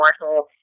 immortal